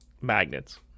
magnets